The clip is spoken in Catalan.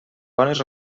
bones